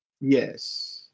Yes